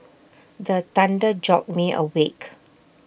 the thunder jolt me awake